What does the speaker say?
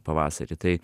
pavasarį tai